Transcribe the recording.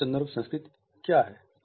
उच्च संदर्भ संस्कृति क्या है